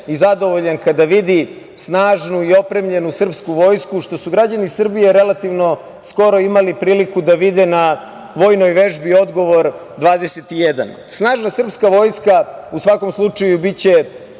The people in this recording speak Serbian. i zadovoljan kada vidi snažnu i opremljenu srpsku vojsku, što su građani Srbije relativno skoro imali priliku da vide na vojnoj vežbi „Odgovor 21“.Snažna srpska vojska u svakom slučaju biće